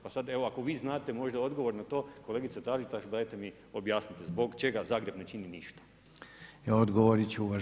Pa sad evo ako vi znate možda odgovor na to, kolegice Taritaš, dajte mi objasnite zbog čega Zagreb ne čini ništa.